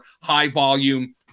high-volume